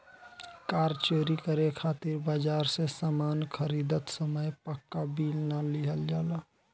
कार चोरी करे खातिर बाजार से सामान खरीदत समय पाक्का बिल ना लिहल जाला